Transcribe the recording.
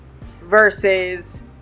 Versus